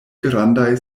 grandaj